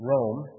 Rome